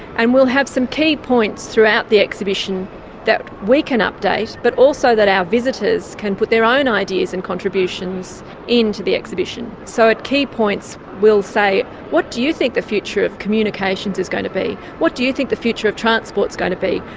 and we'll have some key points throughout the exhibition that we can update but also that our visitors can put their own ideas and contributions in to the exhibition. so at key points we'll say, what do you think the future of communications is going to be? what do think the future of transport's going to be?